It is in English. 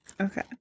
okay